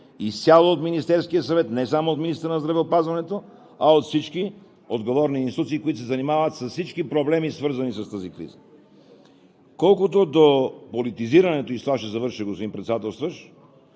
изцяло от Министерския съвет, не само от министъра на здравеопазването, а от всички отговорни институции, които се занимават с всички проблеми, свързани с тази криза! Колкото до политизирането – с това ще завърша, господин Председателстващ,